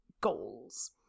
goals